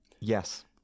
Yes